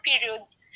periods